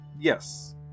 yes